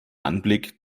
anblick